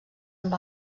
amb